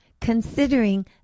Considering